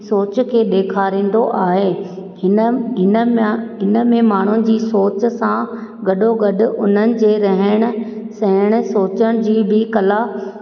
सोच खे ॾेखारींदो आहे हिन हिन मां हिन में माण्हूअ जी सोच सां गॾो गॾु उन्हनि जे रहणु सहणु सोचण जी बि कला